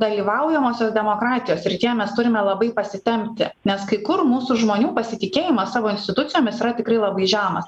dalyvaujamosios demokratijos srityje mes turime labai pasitempti nes kai kur mūsų žmonių pasitikėjimas savo institucijomis yra tikrai labai žemas